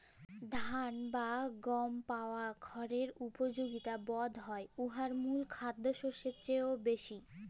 ধাল বা গমেল্লে পাওয়া খড়ের উপযগিতা বধহয় উয়ার মূল খাদ্যশস্যের চাঁয়েও বেশি